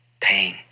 Pain